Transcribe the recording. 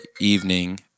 evening